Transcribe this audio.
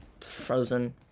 Frozen